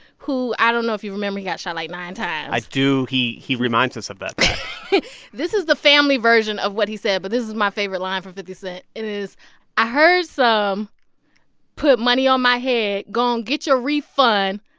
who i don't know if you remember he got shot, like, nine times i do. he he reminds us of that fact this is the family version of what he said. but this is my favorite line from fifty cent. i heard some put money on my head. go and get your refund.